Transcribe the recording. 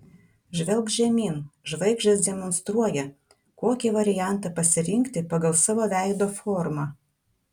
žvelk žemyn žvaigždės demonstruoja kokį variantą pasirinkti pagal savo veido formą